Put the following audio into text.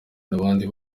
abandi